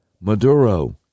Maduro